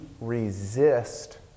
resist